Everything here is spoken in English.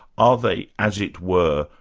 are they as it were,